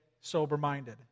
sober-minded